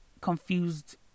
confused